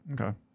okay